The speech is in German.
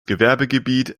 gewerbegebiet